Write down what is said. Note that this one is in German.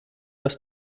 das